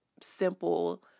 simple